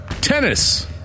Tennis